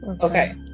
Okay